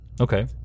Okay